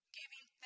giving